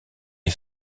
est